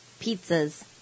Pizzas